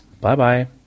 Bye-bye